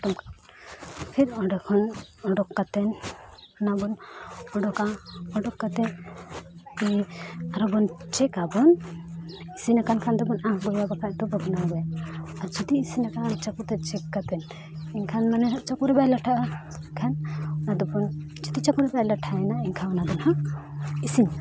ᱯᱚᱴᱚᱢ ᱠᱟᱜᱼᱟ ᱵᱚᱱ ᱯᱷᱤᱨ ᱚᱸᱰᱮ ᱠᱷᱚᱱ ᱩᱰᱩᱠ ᱠᱟᱛᱮᱫ ᱚᱱᱟ ᱵᱚᱱ ᱩᱰᱩᱠᱟ ᱩᱰᱩᱠ ᱠᱟᱛᱮᱫ ᱢᱟᱱᱮ ᱟᱨᱦᱚᱸ ᱵᱚᱱ ᱟᱵᱚᱱ ᱤᱥᱤᱱ ᱟᱠᱟᱱ ᱠᱷᱟᱱ ᱫᱚᱵᱚᱱ ᱟᱬᱜᱚᱭᱟ ᱵᱟᱠᱷᱟᱡ ᱫᱚ ᱵᱟᱵᱚᱱ ᱟᱬᱜᱚᱭᱟ ᱡᱩᱫᱤ ᱤᱥᱤᱱ ᱟᱠᱟᱱ ᱪᱟᱹᱠᱩ ᱛᱮ ᱠᱟᱛᱮᱫ ᱮᱱᱠᱷᱟᱱ ᱢᱟᱱᱮ ᱪᱟᱹᱠᱩᱨᱮ ᱵᱟᱭ ᱞᱟᱴᱷᱟᱜᱼᱟ ᱮᱱᱠᱷᱟᱱ ᱚᱱᱟ ᱫᱚᱵᱚᱱ ᱡᱩᱫᱤ ᱪᱟᱹᱠᱩ ᱨᱮ ᱵᱟᱭ ᱞᱟᱴᱷᱟᱭᱮᱱᱟ ᱮᱱᱠᱷᱟᱱ ᱚᱱᱟ ᱫᱚ ᱱᱟᱦᱟᱜ ᱤᱥᱤᱱᱮᱱᱟ